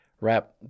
wrap